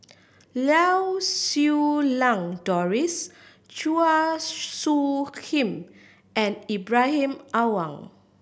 Lau Siew Lang Doris Chua Soo Khim and Ibrahim Awang